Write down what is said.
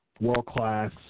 world-class